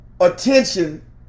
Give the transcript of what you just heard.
attention